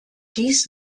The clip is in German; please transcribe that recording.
dies